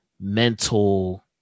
mental